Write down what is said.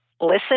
Listen